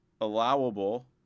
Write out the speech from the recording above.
Allowable